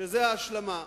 שזה ההשלמה.